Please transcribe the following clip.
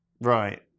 right